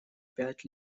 пять